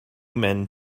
men